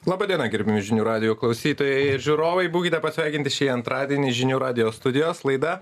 laba diena gerbiami žinių radijo klausytojai ir žiūrovai būkite pasveikinti šį antradienį žinių radijo studijos laida